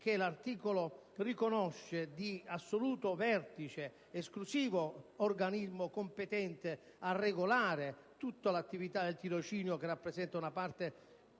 che l'articolo riconosce al Consiglio quale assoluto vertice ed esclusivo organismo competente a regolare tutta l'attività del tirocinio, che rappresenta una parte